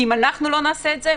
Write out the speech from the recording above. כי אם אנחנו לא נגיד את זה,